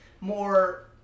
more